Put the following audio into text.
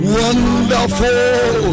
wonderful